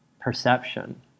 perception